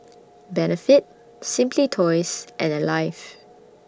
Benefit Simply Toys and Alive